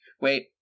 Wait